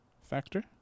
factor